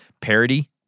parody